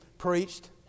preached